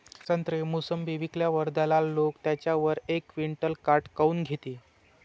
संत्रे, मोसंबी विकल्यावर दलाल लोकं त्याच्यावर एक क्विंटल काट काऊन घेते?